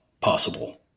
possible